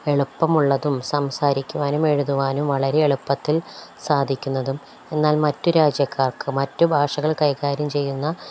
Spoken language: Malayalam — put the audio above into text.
എളുപ്പമുള്ളതും സംസാരിക്കുവാനും എഴുതുവാനും വളരെ എളുപ്പത്തിൽ സാധിക്കുന്നതും എന്നാൽ മറ്റ് രാജ്യക്കാർക്ക് മറ്റ് ഭാഷകൾ കൈകാര്യം ചെയ്യുന്ന